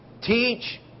teach